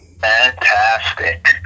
Fantastic